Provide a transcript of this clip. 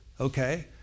okay